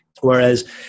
whereas